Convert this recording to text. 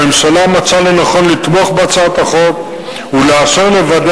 הממשלה מצאה לנכון לתמוך בהצעת החוק ולאפשר לוועדי